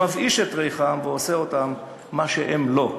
מה שמבאיש את ריחם ועושה אותם מה שהם לא.